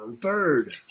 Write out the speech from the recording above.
third